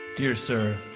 dear sir,